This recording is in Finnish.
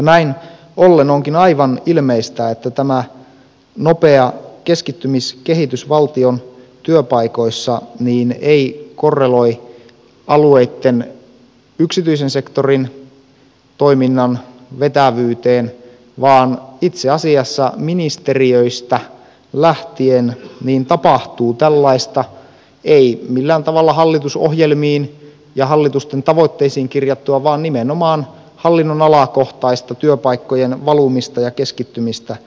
näin ollen onkin aivan ilmeistä että tämä nopea keskittymiskehitys valtion työpaikoissa ei korreloi alueitten yksityisen sektorin toiminnan vetävyyteen vaan itse asiassa ministeriöistä lähtien tapahtuu tällaista ei millään tavalla hallitusohjelmiin ja hallitusten tavoitteisiin kirjattua vaan nimenomaan hallinnonalakohtaista työpaikkojen valumista ja keskittymistä pääkaupunkiin